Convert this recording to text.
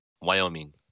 Wyoming